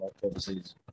policies